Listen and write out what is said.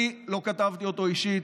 אני לא כתבתי אותו אישית,